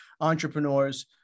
entrepreneurs